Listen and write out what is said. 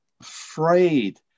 afraid